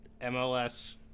MLS